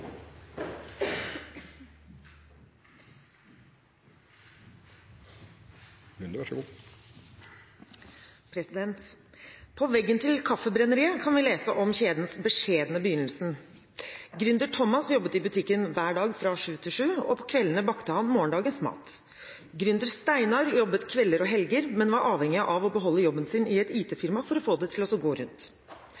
Kaffebrenneriet kan vi lese om kjedens beskjedne begynnelse. Gründer Thomas jobbet i butikken hver dag fra sju til sju, og på kveldene bakte han morgendagens mat. Gründer Steinar jobbet kvelder og helger, men var avhengig av å beholde jobben sin i et IT-firma for å få det til å gå rundt.